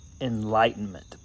enlightenment